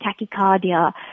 tachycardia